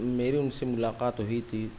میری ان سے ملاقات ہوئی تھی